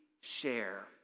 share